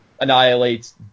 annihilates